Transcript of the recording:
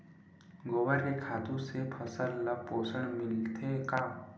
गोबर के खातु से फसल ल पोषण मिलथे का?